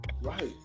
Right